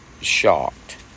shocked